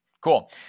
cool